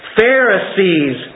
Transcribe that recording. Pharisees